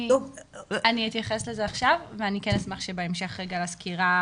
אני אתייחס לזה עכשיו ואני כן אשמח לסיים את הסקירה